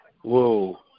Whoa